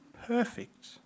perfect